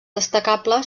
destacable